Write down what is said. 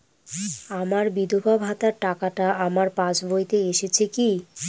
আমার বিধবা ভাতার টাকাটা আমার পাসবইতে এসেছে কি?